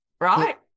right